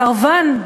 סרבן,